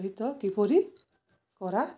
ସହିତ କିପରି କରା